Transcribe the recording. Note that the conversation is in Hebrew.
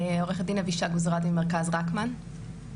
אני ממרכז רקמן.